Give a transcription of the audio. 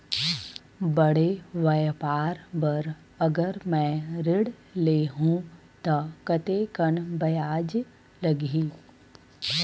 बड़े व्यापार बर अगर मैं ऋण ले हू त कतेकन ब्याज लगही?